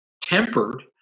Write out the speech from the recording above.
tempered